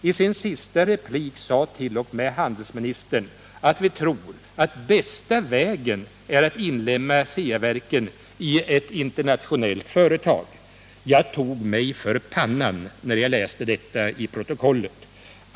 I sin sista replik sade t.o.m. handelsministern att ”vi tror att bästa vägen ——— är att inlemma Ceaverken i ett internationellt företag ——--”. Jag tog mig för pannan när jag läste detta i protokollet.